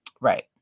right